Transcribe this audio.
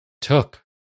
took